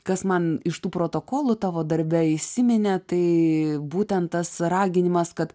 kas man iš tų protokolų tavo darbe įsiminė tai būtent tas raginimas kad